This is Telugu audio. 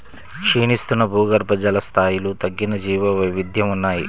క్షీణిస్తున్న భూగర్భజల స్థాయిలు తగ్గిన జీవవైవిధ్యం ఉన్నాయి